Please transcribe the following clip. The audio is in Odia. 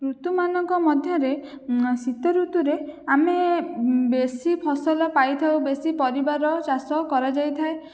ଋତୁମାନଙ୍କ ମଧ୍ୟରେ ଶୀତଋତୁରେ ଆମେ ବେଶି ଫସଲ ପାଇଥାଉ ବେଶି ପରିବାର ଚାଷ କରାଯାଇଥାଏ